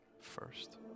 first